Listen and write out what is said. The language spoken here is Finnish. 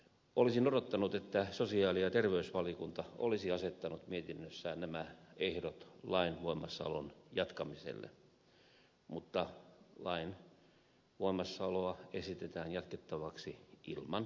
olisin odottanut että sosiaali ja terveysvaliokunta olisi asettanut mietinnössään nämä ehdot lain voimassaolon jatkamiselle mutta lain voimassaoloa esitetään jatkettavaksi ilman ehtoja